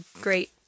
great